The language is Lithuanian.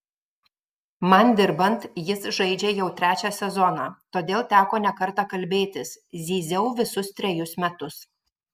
man dirbant jis žaidžia jau trečią sezoną todėl teko ne kartą kalbėtis zyziau visus trejus metus